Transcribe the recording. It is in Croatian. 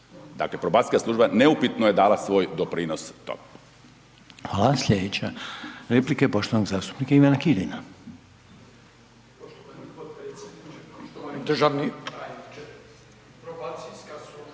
Dakle, probacijska služba neupitno je dala svoj doprinos tome. **Reiner, Željko (HDZ)** Hvala. Slijedeća replika je poštovanog zastupnika Ivana Kirina.